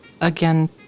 again